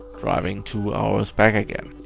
driving two hours back again.